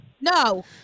No